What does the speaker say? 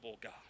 God